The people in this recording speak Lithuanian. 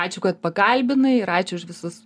ačiū kad pakalbinai ir ačiū už visus